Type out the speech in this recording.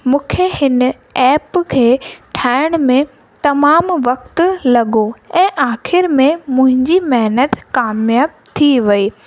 मूंखे हिन ऐप खे ठाहिण में तमामु वक़्तु लॻो ऐं आख़िरि में मुंहिंजी महिनत कामियाबु थी वेई